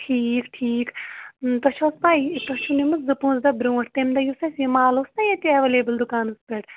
ٹھیٖک ٹھیٖک تۄہہِ چھَو حظ پَے تۄہہِ چھُو نِمُت زٕ پٲنٛژھ دۄہ برٛونٛٹھ تَمہِ دۄہ یُس اَسہِ یہِ مال اوس نا ییٚتہِ ایٚویلیبُل دُکانَس پٮ۪ٹھ